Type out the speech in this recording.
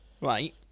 right